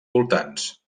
voltants